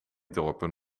dorpen